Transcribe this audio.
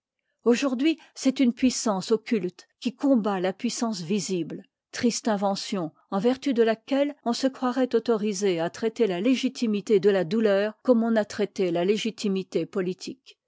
aujourd'hui c'est une puissance occulte qui combat la puissance visible triste invention en vertu de laquelle on se croiroxt autorisé à traiter la légitimité de la douleur comme on a traité la légitimité çiolitique